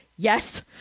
Yes